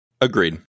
Agreed